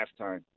halftime